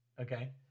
Okay